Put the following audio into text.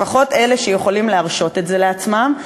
לפחות אלה שיכולים להרשות את זה לעצמם,